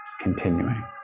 continuing